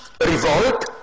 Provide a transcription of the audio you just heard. revolt